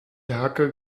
hacke